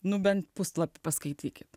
nu bent puslapį paskaitykit